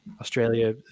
Australia